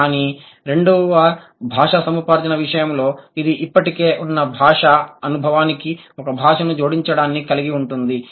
కానీ రెండవ భాషా సముపార్జన విషయంలో ఇది ఇప్పటికే ఉన్న భాషా అనుభవానికి ఒక భాషను జోడించడాన్ని కలిగి ఉంటుంది